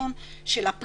עליון של הפגיעה.